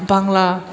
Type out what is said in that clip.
बांला